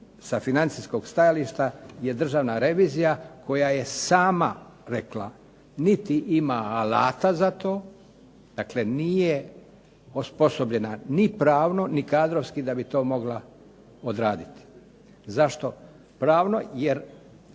sa financijskog stajališta je Državna revizija koja je sama rekla niti ima alata za to, dakle nije osposobljena ni pravno ni kadrovski da bi to mogla odraditi. Zašto pravno? Jer